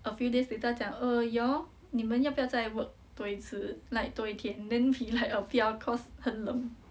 a few days later 她讲 err you all 你们要不要再 work 多一次 like 多一天 then he like err 不要 cause 很冷